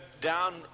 down